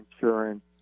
insurance